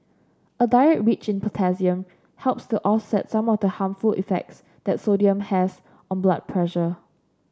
a diet rich in potassium helps to offset some of the harmful effects that sodium has on blood pressure